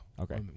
Okay